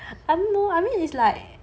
um no I mean it's like